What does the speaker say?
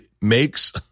makes